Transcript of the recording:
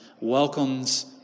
welcomes